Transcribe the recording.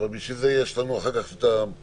בשביל זה יש לנו אחר כך פירוט.